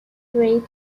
grade